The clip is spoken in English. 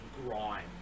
grime